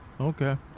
Okay